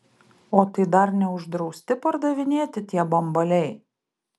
o tai dar neuždrausti pardavinėti tie bambaliai